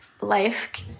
life